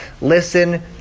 Listen